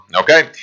Okay